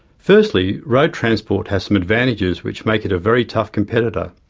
firstly, road transport has some advantages which make it a very tough competitor.